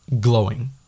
glowing